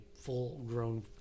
full-grown